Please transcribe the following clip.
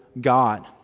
God